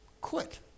quit